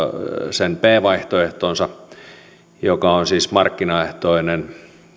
sen b vaihtoehtonsa joka on siis markkinaehtoinen